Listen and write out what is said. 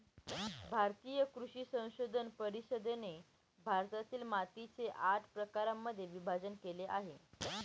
भारतीय कृषी संशोधन परिषदेने भारतातील मातीचे आठ प्रकारांमध्ये विभाजण केले आहे